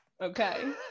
okay